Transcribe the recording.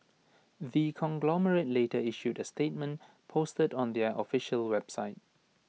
the conglomerate later issued A statement posted on their official website